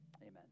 amen